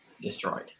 destroyed